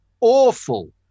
awful